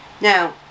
Now